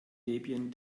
debian